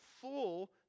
full